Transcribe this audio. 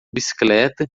bicicleta